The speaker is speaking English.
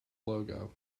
logo